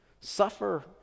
suffer